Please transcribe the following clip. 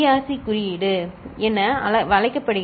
C குறியீடு என அழைக்கப்படுகிறது